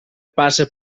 passa